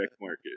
market